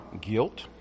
guilt